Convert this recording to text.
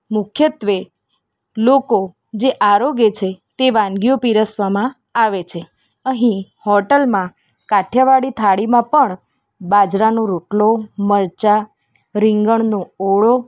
મુખ્યત્ત્વે લોકો જે આરોગે છે તે વાનગીઓ પીરસવામાં આવે છે અહી હોૅલમાં કાઠિયાવાડી થાળીમાં બાજરાનો રોટલો મરચાં રીંગણનો ઓળો